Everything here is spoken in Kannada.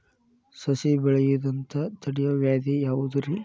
ಸಸಿ ಬೆಳೆಯದಂತ ತಡಿಯೋ ವ್ಯಾಧಿ ಯಾವುದು ರಿ?